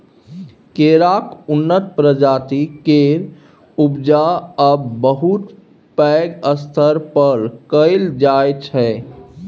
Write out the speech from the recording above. केराक उन्नत प्रजाति केर उपजा आब बहुत पैघ स्तर पर कएल जाइ छै